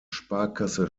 sparkasse